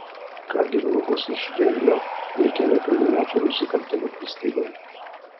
ką gi žmogus iš jeilio veikia nepilnamečių nusikaltėlių įstaigoje